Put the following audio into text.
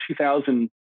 2000